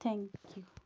thank you